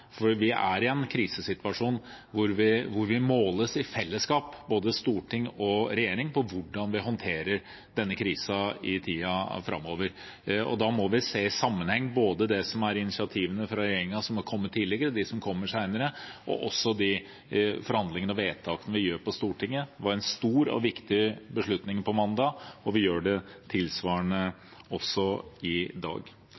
for vi er i en krisesituasjon der vi måles i fellesskap – både storting og regjering – på hvordan vi håndterer denne krisen i tiden framover. Da må vi se i sammenheng både de initiativene fra regjeringen som er kommet tidligere, og de som kommer senere, og også de forhandlingene og vedtakene vi gjør på Stortinget. Det var en stor og viktig beslutning vi fattet på mandag, og vi gjør tilsvarende i dag.